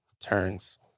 turns